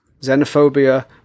xenophobia